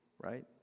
right